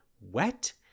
wet